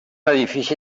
edifici